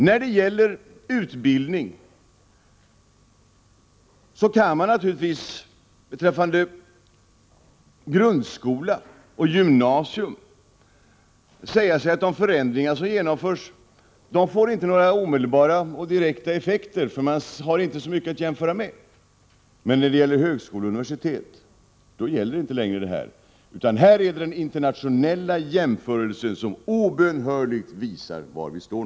När det gäller utbildning kan man naturligtvis beträffande grundskola och gymnasium säga sig att de förändringar som genomförs inte får några omedelbara och direkta effekter — man har inte så mycket att jämföra med. Men när det gäller högskola och universitet gäller det inte längre. Här visar den internationella jämförelsen obönhörligt var vi står.